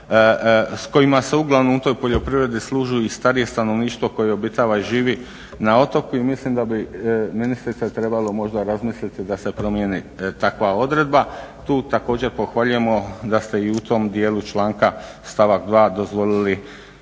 s kojima se uglavnom u toj poljoprivredi služi i starije stanovništvo koje obitava i živi na otoku i mislim da bi ministrice trebalo razmisliti da se promjeni takva odredba. Tu također pohvaljujemo da ste i u tom dijelu članka, stavak 2 dozvolili